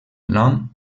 nom